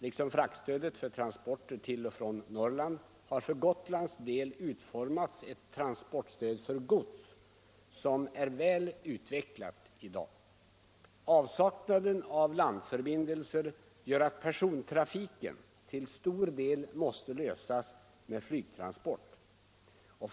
Liksom fraktstödet för transporter till och från Norrland har för Gotlands del utformats .ett transportstöd för gods som är väl utvecklat i dag. Avsaknaden av landförbindelser gör att persontrafiken till stor del måste ske med flygtransport.